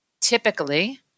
typically